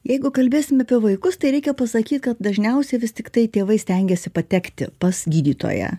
jeigu kalbėsim apie vaikus tai reikia pasakyt kad dažniausiai vis tiktai tėvai stengiasi patekti pas gydytoją